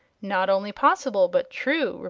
not only possible, but true,